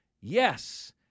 Yes